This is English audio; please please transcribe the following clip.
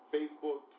Facebook